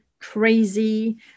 crazy